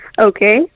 Okay